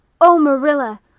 oh, marilla,